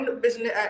business